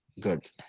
good